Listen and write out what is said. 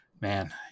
man